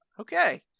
Okay